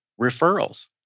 referrals